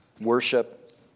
worship